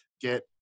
get